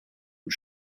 und